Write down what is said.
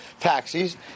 taxis